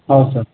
ಹೌದು ಸರ್